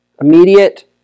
immediate